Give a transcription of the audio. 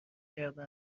کرده